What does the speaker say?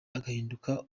agahinduka